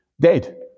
dead